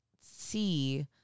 see